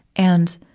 and,